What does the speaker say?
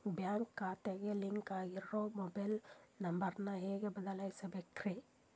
Bank ಖಾತೆಗೆ link ಆಗಿರೋ mobile number ನ ಹೆಂಗ್ ಬದಲಿಸಬೇಕ್ರಿ?